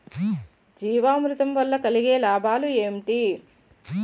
జీవామృతం వల్ల కలిగే లాభాలు ఏంటి?